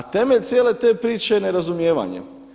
A temelj cijele te priče je nerazumijevanje.